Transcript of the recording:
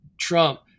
Trump